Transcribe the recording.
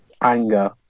anger